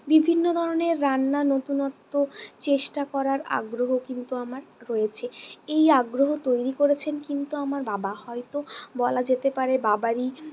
বিভিন্ন ধরনের রান্না নতুনত্ব চেষ্টা করার আগ্রহ কিন্তু আমার রয়েছে এই আগ্রহ তৈরি করেছেন কিন্তু আমার বাবা হয়তো বলা যেতে পারে বাবারই